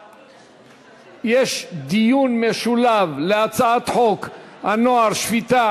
יש דיון משולב עם הצעת חוק הנוער (שפיטה,